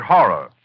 Horror